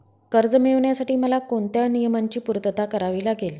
कर्ज मिळविण्यासाठी मला कोणत्या नियमांची पूर्तता करावी लागेल?